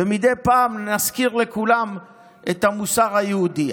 ומדי פעם נזכיר לכולם את המוסר היהודי.